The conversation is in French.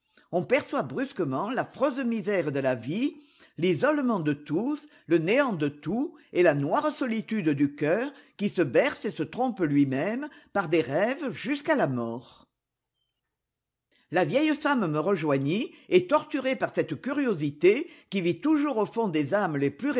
on perçoit brusquement l'affreuse misère de la vie l'isolement de tous le néant de tout et la noire solitude du cœur qui se berce et se trompe lui-même par des rêves jusqu'à la mort la vieille femme me rejoignit et torturée par cette curiosité qui vit toujours au fond des âmes les plus